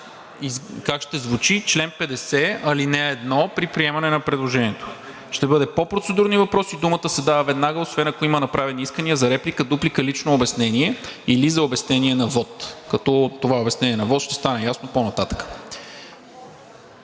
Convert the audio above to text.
как ще звучи чл. 50, ал. 1 при приемане на предложението. Ще бъде: „Чл. 50. (1) По процедурни въпроси думата се дава веднага, освен ако има направени искания за реплика, дуплика, лично обяснение или за обяснение на вот.“ Като това обяснение на вот ще стане ясно по-нататък.